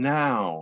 now